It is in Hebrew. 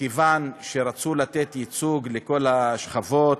מכיוון שרצו לתת ייצוג לכל השכבות,